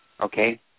Okay